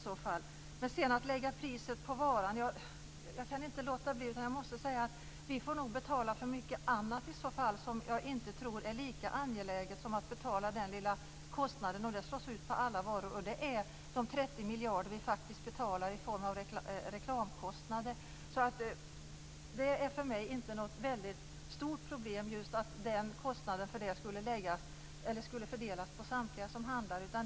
Sedan var det frågan om att lägga mer på priset på varan. Vi får nog betala för mycket annat som jag inte tror är lika angeläget som att betala den lilla kostnaden. Den slås ut på alla varor. Det gäller de 30 miljarder kronor vi faktiskt betalar i form av reklamkostnader. Det är för mig inte något stort problem just att den kostnaden skulle fördelas på samtliga som handlar.